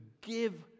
give